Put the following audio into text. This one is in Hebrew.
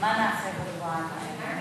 מה נעשה בשבועיים האלה?